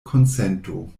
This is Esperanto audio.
konsento